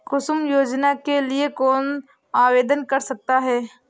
कुसुम योजना के लिए कौन आवेदन कर सकता है?